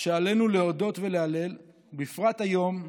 שעלינו להודות ולהלל, ובפרט היום,